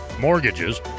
mortgages